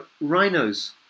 rhinos